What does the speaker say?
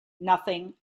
nothing